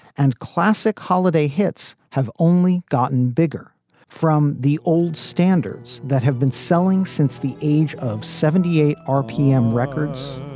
and classic holiday hits have only gotten bigger from the old standards that have been selling since the age of seventy eight point our p m records